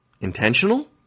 Intentional